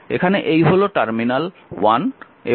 এখানে এই হল টার্মিনাল 1 এবং টার্মিনাল 2